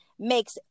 Makes